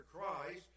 Christ